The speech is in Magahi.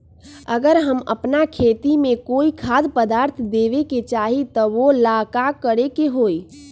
अगर हम अपना खेती में कोइ खाद्य पदार्थ देबे के चाही त वो ला का करे के होई?